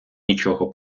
нічого